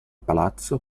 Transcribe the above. palazzo